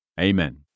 Amen